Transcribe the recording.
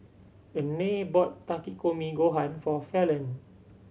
Renae bought Takikomi Gohan for Fallon